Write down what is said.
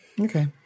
Okay